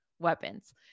Weapons